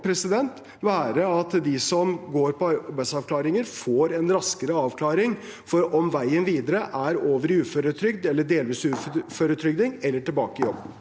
Hovedregelen må likevel være at de som går på arbeidsavklaring, får en raskere avklaring på om veien videre er over i uføretrygd, delvis uføretrygd eller tilbake i jobb.